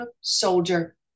soldier